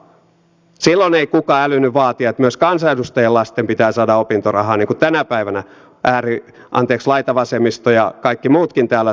silloin ei kukaan älynnyt vaatia että myös kansanedustajien lasten pitää saada opintorahaa niin kuin tänä päivänä laitavasemmisto ja kaikki muutkin täällä salissa vaativat